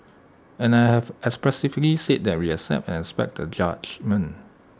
and I have expressively said that we accept and respect the judgement